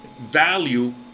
value